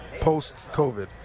post-COVID